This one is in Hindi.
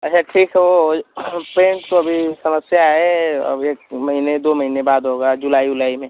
अच्छा ठीक है वह पेंट तो अभी समस्या है अब यह महीने दो महीने बाद होगा जुलाई उलाई में